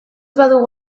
badugu